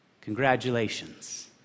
Congratulations